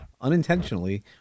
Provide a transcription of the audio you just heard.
Unintentionally